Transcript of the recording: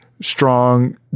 strong